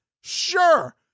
Sure